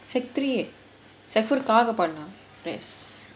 secondary three secondary four காக பாடுனோம்:kaaga paadunom yes